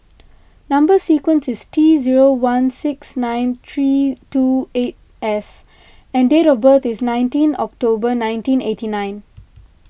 Number Sequence is T zero one six nine three two eight S and date of birth is nineteen October nineteen eighty nine